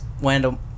Wanda